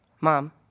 Mom